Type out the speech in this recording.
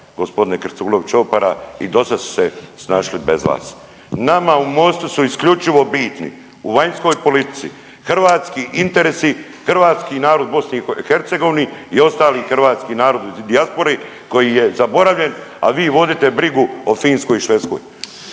vas g. Krstulović Opara i do sad su se snašli bez vas. Nama u Mostu su isključivo bitni u vanjskoj politici hrvatski interesi, hrvatski narod u BiH i ostali hrvatski narod u dijaspori koji je zaboravljen, a vi vodite brigu o Finskoj i Švedskoj.